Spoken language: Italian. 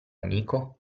amico